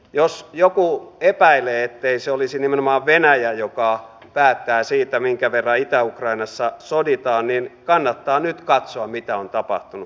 jos joku epäilee ettei se olisi nimenomaan venäjä joka päättää siitä minkä verran itä ukrainassa soditaan niin kannattaa nyt katsoa mitä on tapahtunut